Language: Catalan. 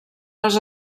les